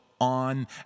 on